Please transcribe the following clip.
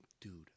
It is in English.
dude